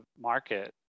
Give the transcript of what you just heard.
market